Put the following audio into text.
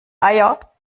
eier